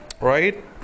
right